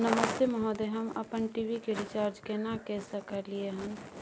नमस्ते महोदय, हम अपन टी.वी के रिचार्ज केना के सकलियै हन?